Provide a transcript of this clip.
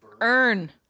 Earn